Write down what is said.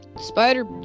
Spider